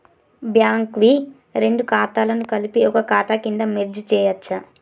Bank వి రెండు ఖాతాలను కలిపి ఒక ఖాతా కింద మెర్జ్ చేయచ్చా?